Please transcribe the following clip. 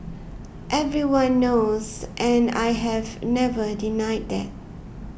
everyone knows and I have never denied that